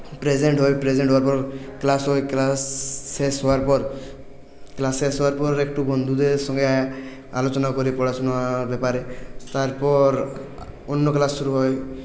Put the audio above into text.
present হয় present হওয়ার পর ক্লাস হয় ক্লাস শেষ হওয়ার পর ক্লাস শেষ হওয়ার পর একটু বন্ধুদের সঙ্গে আলোচনা করি পড়াশোনার ব্যাপারে তারপর অন্য ক্লাস শুরু হয়